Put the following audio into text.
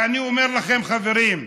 ואני אומר לכם, חברים: